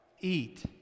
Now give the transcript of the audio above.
Eat